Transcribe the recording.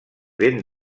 ben